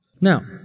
Now